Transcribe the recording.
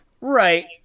Right